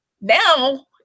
Now